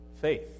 Faith